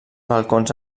balcons